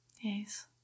Yes